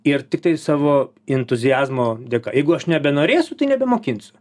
ir tiktai savo entuziazmo dėka jeigu aš nebenorėsiu tai nebe mokinsiu